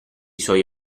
suoi